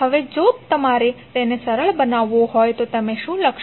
હવે જો તમારે તેને સરળ બનાવવું હોય તો તમે શું લખશો